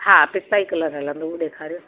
हा पिस्ताई कलर हलंदो उहो ॾेखारियो